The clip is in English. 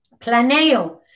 planeo